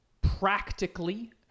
practically